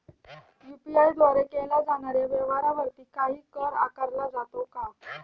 UPI द्वारे केल्या जाणाऱ्या व्यवहारावरती काही कर आकारला जातो का?